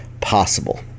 possible